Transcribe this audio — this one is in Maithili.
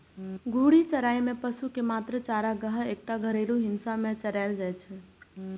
घूर्णी चराइ मे पशु कें मात्र चारागाहक एकटा घेरल हिस्सा मे चराएल जाइ छै